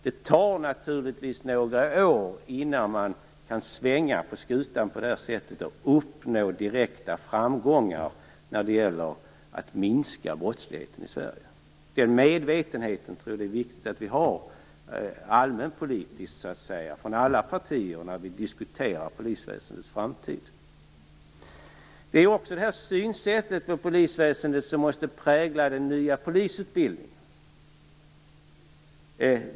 Det tar naturligtvis några år innan man kan svänga skutan på det här sättet och uppnå direkta framgångar när det gäller att minska brottsligheten i Sverige. Det är viktigt att vi har den medvetenheten allmänpolitiskt och från alla partier när vi diskuterar polisväsendets framtid. Det är också detta synsätt på polisväsendet som måste prägla den nya polisutbildningen.